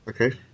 Okay